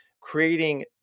creating